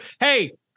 Hey